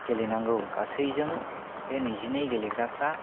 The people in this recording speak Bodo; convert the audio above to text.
गेलेनांगौ गासैजों बे नैजिनै गेलेग्राफ्रा